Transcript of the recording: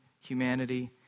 humanity